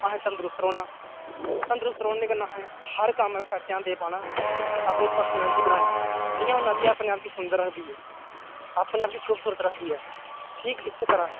असें तंदरुस्त रौह्ना तंदरुस्त रौह्ने दे कन्नै असें हर कम्म आह्ली साइड ध्यान दे पाना अपनी प्रसैन्लटी बनानी जियां नदी अपने आप गी सुंदर रखदी ऐ अपने आप गी खुबसूरत रखदी ऐ ठीक इस्सै तरह